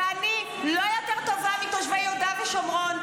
ואני לא יותר טובה מתושבי יהודה ושומרון,